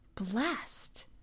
blessed